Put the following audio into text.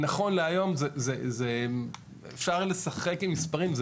-- נכון להיום, אפשר לשחק עם המספרים.